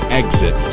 exit